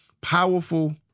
powerful